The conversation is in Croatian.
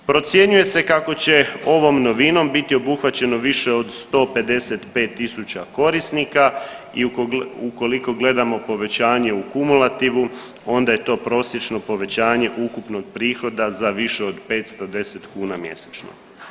Procjenjuje se kako će ovom novinom biti obuhvaćeno više od 155.000 korisnika i ukoliko gledamo povećanje u kumulativu onda je to prosječno povećanje ukupnog prihoda za više od 510 kuna mjesečno.